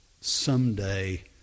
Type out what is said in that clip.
someday